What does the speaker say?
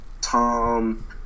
Tom